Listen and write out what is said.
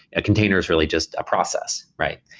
a container is really just a process, right?